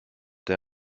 der